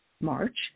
March